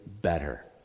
better